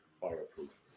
fireproof